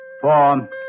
Four